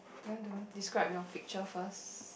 you want to describe your picture first